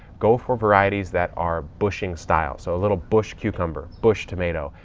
go for varieties that are bushing style. so a little bush cucumber, bush tomato.